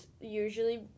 usually